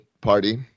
party